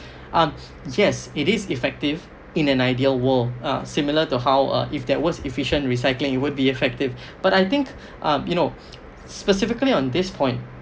um yes it is effective in an ideal world uh similar to how uh if there was efficient recycling it would be effective but I think um you know specifically on this point